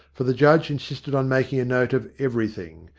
for the judge insisted on making a note of everything,